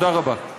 תודה רבה.